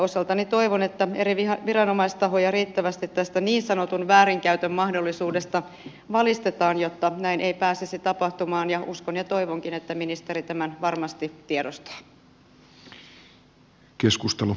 osaltani toivon että eri viranomaistahoja riittävästi tästä niin sanotun väärinkäytön mahdollisuudesta valistetaan jotta näin ei pääsisi tapahtumaan ja uskon ja toivonkin että ministeri tämän varmasti tiedostaa